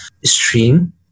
stream